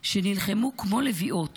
שנלחמו כמו לביאות